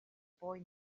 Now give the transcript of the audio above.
boy